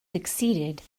succeeded